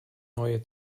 neue